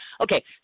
Okay